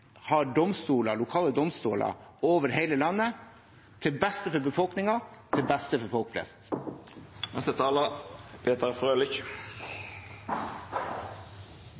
lokale domstoler over hele landet, til beste for befolkningen – til beste for folk flest.